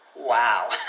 Wow